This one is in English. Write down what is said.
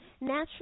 natural